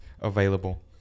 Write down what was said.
available